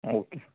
okay